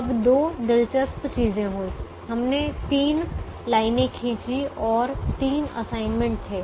अब दो दिलचस्प चीजें हुईं हमने तीन लाइनें खींचीं और तीन असाइनमेंट थे